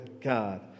God